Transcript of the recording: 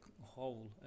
hole